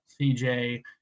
CJ